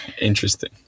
Interesting